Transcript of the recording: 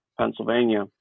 Pennsylvania